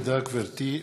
תודה, גברתי.